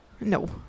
No